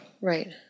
Right